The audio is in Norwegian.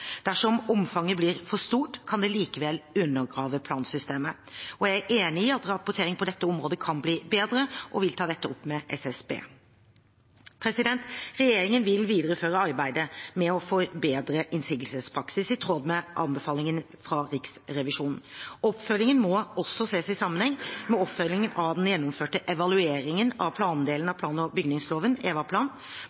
Dersom omfanget blir for stort, kan det likevel undergrave plansystemet. Jeg er enig i at rapporteringen på dette området kan bli bedre, og vil ta dette opp med SSB. Regjeringen vil videreføre arbeidet med å forbedre innsigelsespraksis, i tråd med anbefalingene fra Riksrevisjonen. Oppfølgingen må også ses i sammenheng med oppfølgingen av den gjennomførte evalueringen av plandelen